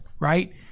right